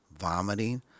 vomiting